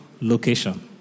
location